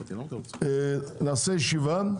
נעשה ישיבה.